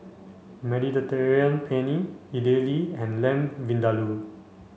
Mediterranean Penne Idili and Lamb Vindaloo